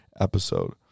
episode